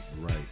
Right